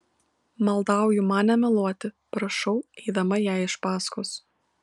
maldauju man nemeluoti prašau eidama jai iš paskos